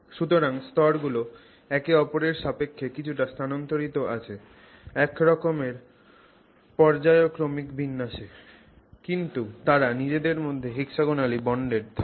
সুতরাং স্তরগুলো একে অপরের সাপেক্ষে কিছুটা স্থানান্তরিত আছে এক রকমের পর্যায়ক্রমিক বিন্যাসে কিন্তু তারা নিজেদের মধ্যে hexagonally bonded থাকে